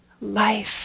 life